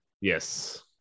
yes